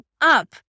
up